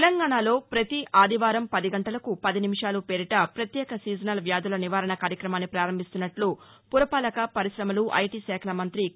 తెలంగాణలో ప్రతి ఆదివారం పది గంటలకు పది నిమిషాలు పేరిట ప్రత్యేక సీజనల్ వ్యాధుల నివారణ కార్యక్రమాన్ని పారంభిస్తున్నట్లు పురపాలక పరిశమలు ఐటీ శాఖల మంతి కే